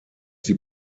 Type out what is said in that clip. die